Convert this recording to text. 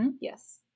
Yes